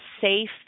safe